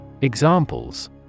Examples